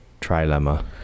trilemma